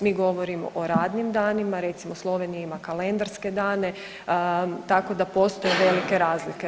Mi govorimo o radnim danima, recimo, Slovenija ima kalendarske dane, tako da postoje velike razlike.